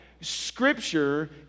scripture